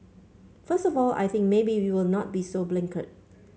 first of all I think maybe you will not be so blinkered